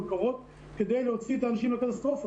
--- כדי להוציא את האנשים מהקטסטרופה,